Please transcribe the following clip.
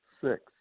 six